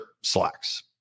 slacks